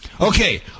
okay